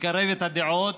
מקרב את הדעות,